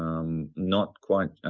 um not quite,